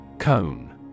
Cone